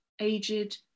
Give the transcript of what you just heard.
aged